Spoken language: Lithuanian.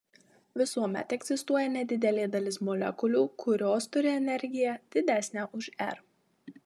visuomet egzistuoja nedidelė dalis molekulių kurios turi energiją didesnę už r